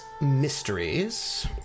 Mysteries